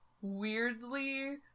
weirdly